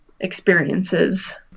experiences